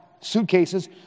suitcases